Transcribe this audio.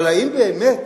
אבל האם באמת